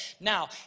Now